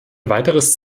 weiteres